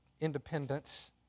independence